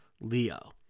Leo